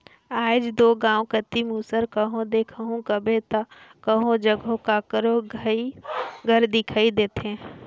आएज दो गाँव कती मूसर कहो देखहू कहबे ता कहो जहो काकरो घर दिखई देथे